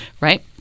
Right